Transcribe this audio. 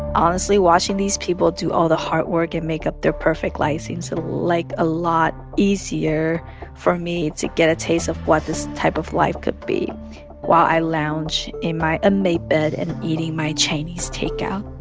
honestly, watching these people do all the hard work and make up their perfect life seems like a lot easier for me to get a taste of what this type of life could be while i lounge in my unmade bed and eating my chinese takeout